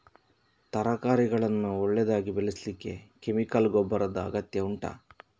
ತರಕಾರಿಗಳನ್ನು ಒಳ್ಳೆಯದಾಗಿ ಬೆಳೆಸಲಿಕ್ಕೆ ಕೆಮಿಕಲ್ ಗೊಬ್ಬರದ ಅಗತ್ಯ ಉಂಟಾ